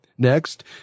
Next